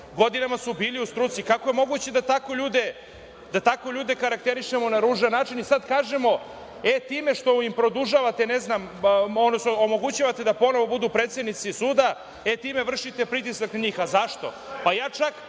godinama su bili u struci. Kako je moguće da tako ljude karakterišemo na ružan način i sad kažemo – time što im produžavate, odnosno omogućavate da ponovo budu predsednici suda, time vršite pritisak na njih? Zašto? Ja čak